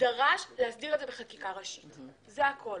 הוא דרש להסדיר את זה בחקיקה הראשית, זה הכול.